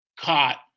caught